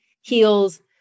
heels